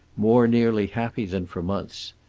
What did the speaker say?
more nearly happy than for months.